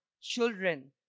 children